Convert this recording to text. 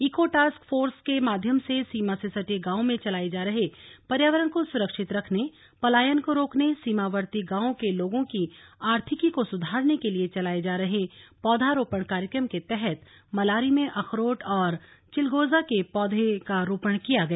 eco task force के माध्यम से सीमा से सटे गांवों में चलाये जा रहे पर्यावरण को सुरक्षित रखने पलायन को रोकने सीमावर्ती गांवों के लोगों की आर्थिकी को सुधारने के लिए चलाये जा रहे पौधरोपण कार्यक्रम के तहत मलारी में अखरोट और चिलगोजा के पौधों का रोपण किया गया